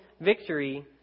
victory